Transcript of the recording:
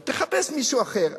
תחפש מישהו אחר.